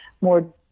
more